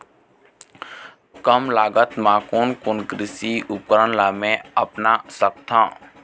कम लागत मा कोन कोन कृषि उपकरण ला मैं अपना सकथो?